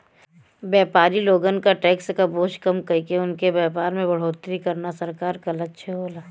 व्यापारी लोगन क टैक्स क बोझ कम कइके उनके व्यापार में बढ़ोतरी करना सरकार क लक्ष्य होला